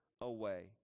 away